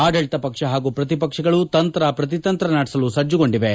ಆಡಳಿತ ಪಕ್ಷ ಹಾಗೂ ಪ್ರತಿ ಪಕ್ಷಗಳು ತಂತ್ರ ಪ್ರತಿತಂತ್ರ ನಡೆಸಲು ಸಜ್ಜುಗೊಂಡಿವೆ